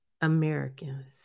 Americans